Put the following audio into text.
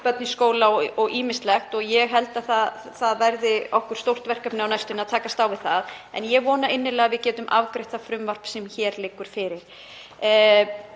börn í skóla og ýmislegt. Ég held að það verði stórt verkefni á næstunni að takast á við það en ég vona innilega að við getum afgreitt það frumvarp sem hér liggur fyrir.